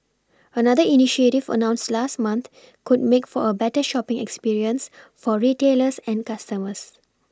another initiative announced last month could make for a better shopPing experience for retailers and customers